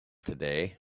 today